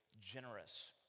generous